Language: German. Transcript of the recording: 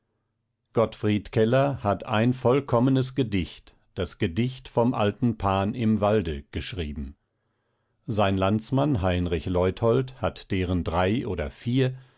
gottfried keller hat ein vollkommenes gedicht das gedicht vom alten pan im walde geschrieben sein landsmann heinrich leuthold deren drei oder vier